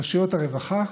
רשויות הרווחה,